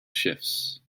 shifts